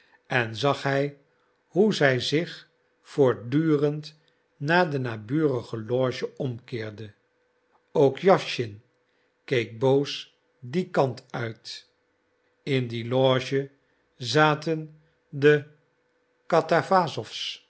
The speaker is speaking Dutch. en zag hij hoe zij zich voortdurend naar de naburige loge omkeerde ook jawschin keek boos dien kant uit in die loge zaten de